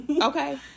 okay